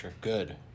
Good